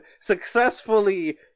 successfully